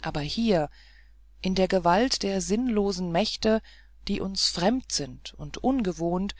aber hier in der gewalt der sinnlosen mächte die uns fremd sind und ungewohnt